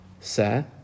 se